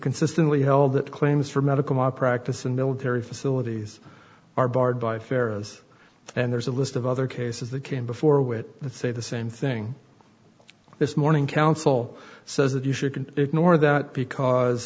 consistently held that claims for medical malpractise and military facilities are barred by fares and there's a list of other cases that came before which say the same thing this morning counsel says that you should ignore that because